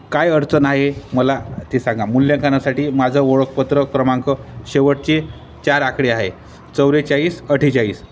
काय अडचण आहे मला ते सांगा मूल्यांकनासाठी माझं ओळखपत्र क्रमांक शेवटचे चार आकडे आहे चौव्वेचाळीस अठ्ठेचाळीस